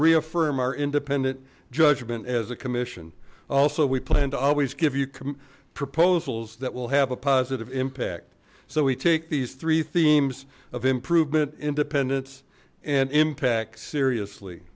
reaffirm our end up judgment as a commission also we plan to always give you proposals that will have a positive impact so we take these three themes of improvement independence and impact seriously